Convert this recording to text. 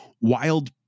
wild